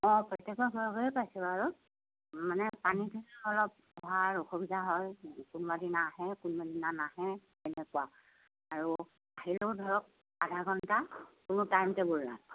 অঁ প্ৰত্যেকৰ ঘৰে ঘৰে পাইছে বাৰু মানে পানী চানী অলপ অসুবিধা হয় কোনোবাদিনা আহে কোনোবাদিনা নাহে তেনেকুৱা আৰু আহিলেও ধৰক আধা ঘণ্টা কোনো টাইম টেবুল নাই